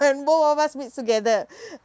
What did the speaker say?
when both of us meets together